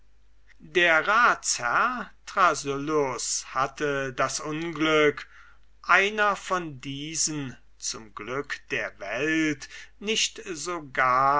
der ratsherr thrasyllus hatte das unglück einer von diesen zum glück der welt nicht